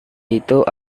itu